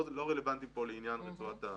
לא רלוונטיים לעניין רצועת הביטחון.